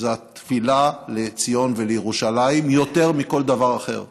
זה התפילה לציון ולירושלים יותר מכל דבר אחר,